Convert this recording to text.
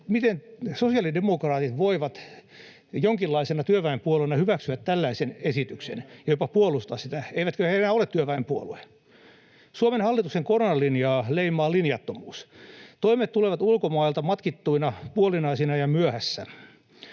Miten sosiaalidemokraatit voivat jonkinlaisena työväenpuolueena hyväksyä tällaisen esityksen ja jopa puolustaa sitä? Eivätkö he enää ole työväenpuolue? Suomen hallituksen koronalinjaa leimaa linjattomuus. Toimet tulevat ulkomailta matkittuina, puolinaisina ja myöhässä.